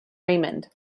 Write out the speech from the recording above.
raymond